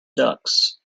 ducks